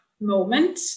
moment